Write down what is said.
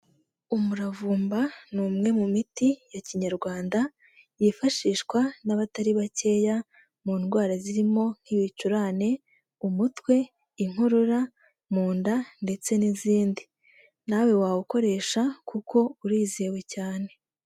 Umuravumba ni umwe mu miti ya kinyarwanda yifashishwa n'abatari bakeya mu ndwara zirimo nk'ibicurane, umutwe, inkorora mu nda, ndetse n'izindi nawe wawukoresha kuko urizewe cyane.